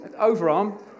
Overarm